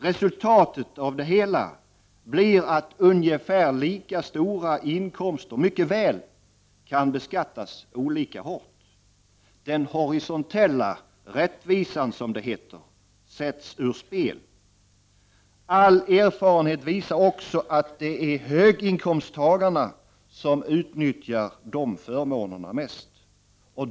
Resultatet av detta blir att ungefär lika inkomster mycket väl kan beskattas olika hårt. Den horisontella rättvisan ,som det heter, sätts ur spel. All erfarenhet visar också att det är höginkomsttagarna som utnyttjar dessa förmåner mest.